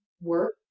work